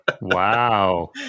wow